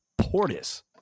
Portis